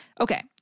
Okay